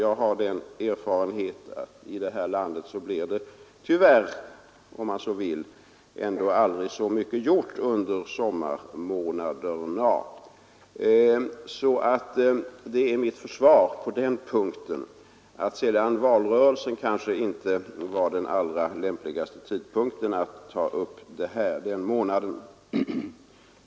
Jag har den erfarenheten att i det här landet blir det — tyvärr, om man så vill — aldrig så mycket gjort under sommarmånaderna. Det är mitt försvar på den punkten. Sedan var kanske inte den månad då valrörelsen pågick den allra lämpligaste tidpunkten att ta upp det här.